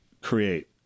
create